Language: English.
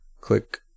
click